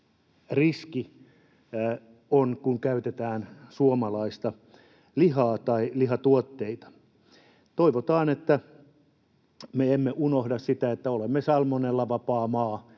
riski on, kun käytetään suomalaista lihaa tai lihatuotteita. Toivotaan, että me emme unohda sitä, että olemme salmonellavapaa maa,